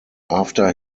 after